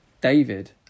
David